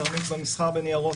תרמית במסחר בניירות,